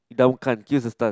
down kind Q's a stun